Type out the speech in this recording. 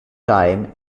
time